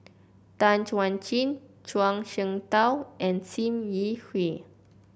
Tan Chuan Jin Zhuang Shengtao and Sim Yi Hui